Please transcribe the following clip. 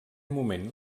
moment